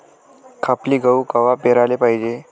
खपली गहू कवा पेराले पायजे?